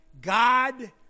God